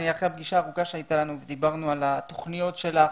אחרי הפגישה הארוכה שהייתה לנו ודיברנו על התוכניות שלך,